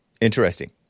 Interesting